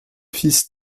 fils